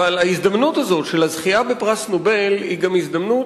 אבל ההזדמנות הזאת של הזכייה בפרס נובל היא גם הזדמנות